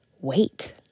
wait